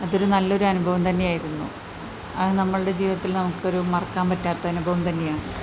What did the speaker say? അതൊരു നല്ലൊരു അനുഭവം തന്നെയായിരുന്നു അത് നമ്മുടെ ജീവിതത്തിൽ നമുക്കൊരു മറക്കാൻ പറ്റാത്ത അനുഭവം തന്നെയാണ്